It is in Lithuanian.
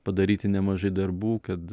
padaryti nemažai darbų kad